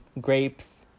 grapes